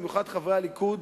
במיוחד חברי הליכוד.